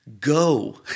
Go